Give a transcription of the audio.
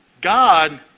God